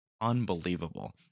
unbelievable